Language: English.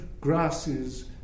grasses